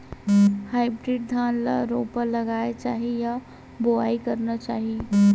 Hybrid धान ल रोपा लगाना चाही या बोआई करना चाही?